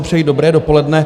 Přeji dobré dopoledne.